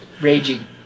Raging